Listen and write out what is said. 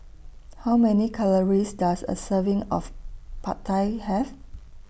How Many Calories Does A Serving of Pad Thai Have